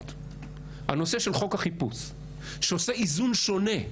הנושא של חוק החיפוש שעושה איזון שונה,